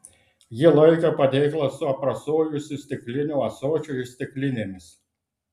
ji laikė padėklą su aprasojusiu stikliniu ąsočiu ir stiklinėmis